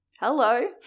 Hello